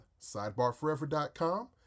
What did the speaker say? SidebarForever.com